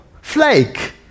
flake